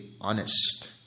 honest